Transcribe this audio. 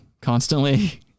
constantly